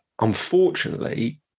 unfortunately